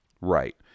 Right